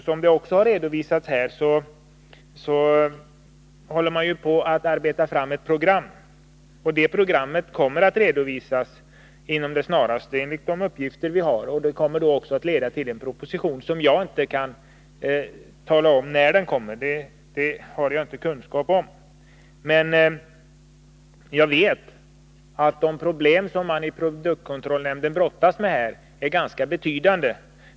Som det sagts här arbetar man på ett program som, enligt de uppgifter som vi har fått, kommer att redovisas inom kort. Detta leder sedan fram till en proposition. Jag känner emellertid inte till när den kommer att läggas fram. De problem som produktkontrollnämnden brottas med är dock ganska betydande.